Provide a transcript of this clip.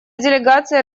делегация